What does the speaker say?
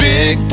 Big